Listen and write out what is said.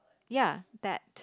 ya that